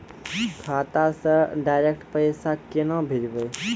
खाता से डायरेक्ट पैसा केना भेजबै?